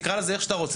תקרא לה איך שתקרא.